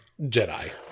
jedi